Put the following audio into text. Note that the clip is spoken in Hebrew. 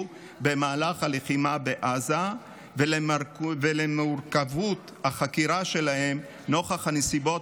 במהלך הלחימה בעזה ולמורכבות החקירה שלהם נוכח הנסיבות